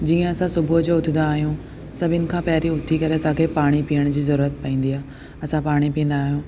जीअं असां सुबुह जो उथंदा आयूं सभिनि खां पहिरियों उथी करे असांखे पाणी पीअण जी ज़रूरत पवंदी आहे असां पाणी पीअंदा आहियूं